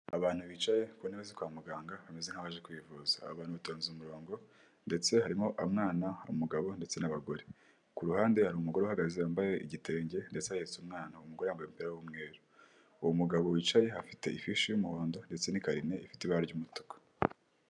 Abantu bicaye ku ntebe kwa muganga bameze nk'abaje kwivuza. Abantu batonze umurongo ndetse harimo umwana, umugabo ndetse n'abagore. Ku ruhande hari umugore uhagaze, yambaye igitenge ndetse ahetse umwana, umugore yambaye umupira w'umweru. Hari umugabo wicaye, ufite ifishi y'umuhondo ndetse n'ikarine ifite ibara ry'umutuku.